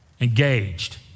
Engaged